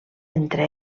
entre